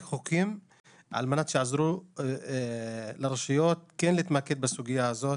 חוקים על מנת לעזור לרשויות כן להתמקד בסוגייה הזאת.